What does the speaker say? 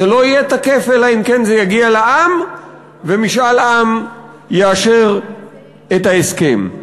זה לא יהיה תקף אלא אם כן זה יגיע לעם ומשאל עם יאשר את ההסכם.